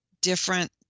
different